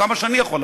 כמה שאני יכול,